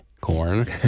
corn